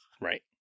Right